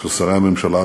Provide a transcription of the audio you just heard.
של שרי הממשלה,